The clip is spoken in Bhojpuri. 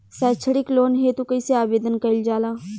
सैक्षणिक लोन हेतु कइसे आवेदन कइल जाला?